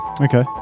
Okay